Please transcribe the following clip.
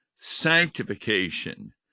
sanctification